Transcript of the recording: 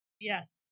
Yes